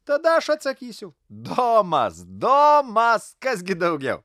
tada aš atsakysiu domas domas kas gi daugiau